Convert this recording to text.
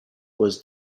was